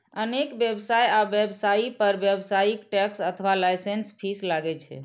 अनेक व्यवसाय आ व्यवसायी पर व्यावसायिक टैक्स अथवा लाइसेंस फीस लागै छै